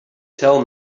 tell